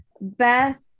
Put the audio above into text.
Beth